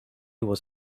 was